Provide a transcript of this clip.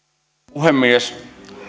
puhemies